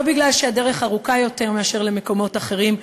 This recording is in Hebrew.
לא בגלל שהדרך ארוכה יותר מאשר למקומות אחרים,